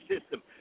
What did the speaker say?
system